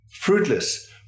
Fruitless